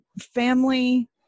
family